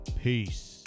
peace